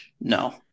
No